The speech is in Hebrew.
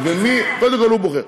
קודם כול, הוא בוחר.